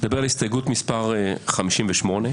אני מדבר על הסתייגות מס' 58,